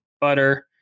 butter